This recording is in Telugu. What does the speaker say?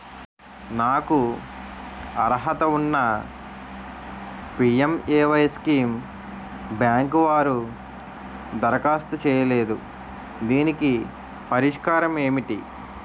నాకు అర్హత ఉన్నా పి.ఎం.ఎ.వై స్కీమ్ బ్యాంకు వారు దరఖాస్తు చేయలేదు దీనికి పరిష్కారం ఏమిటి?